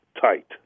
tight